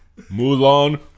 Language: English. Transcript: Mulan